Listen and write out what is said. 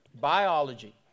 biology